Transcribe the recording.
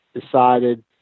decided